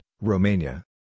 Romania